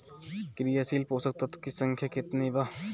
क्रियाशील पोषक तत्व के संख्या कितना बा?